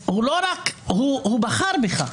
היום אני מקבל אתה העיקרון להיבחר ולקבל שלטון דרך בחירות,